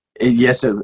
yes